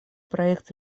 проект